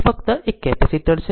તે ફક્ત એક કેપેસિટર છે